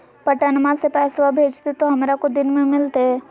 पटनमा से पैसबा भेजते तो हमारा को दिन मे मिलते?